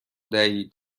دهید